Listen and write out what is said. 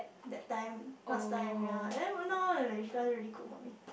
that time last time ya and then even now like she don't really cook for me